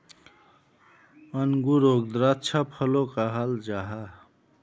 अन्गूरोक द्राक्षा फलो कहाल जाहा